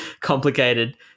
complicated